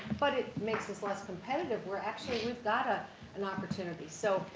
but it makes us less competitive. we're actually, we've got ah an opportunity. so,